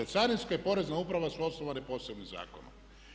Carinska i Porezna uprava su osnovane posebnim zakonom.